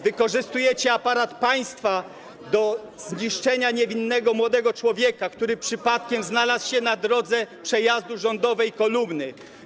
Wykorzystujecie aparat państwa do zniszczenia niewinnego, młodego człowieka, który przypadkiem znalazł się na drodze przejazdu rządowej kolumny.